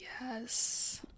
yes